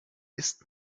isst